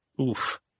Oof